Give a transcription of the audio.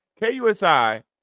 KUSI